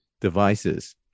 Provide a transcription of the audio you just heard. devices